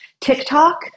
TikTok